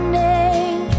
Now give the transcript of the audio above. name